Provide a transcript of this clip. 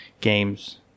games